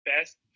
Best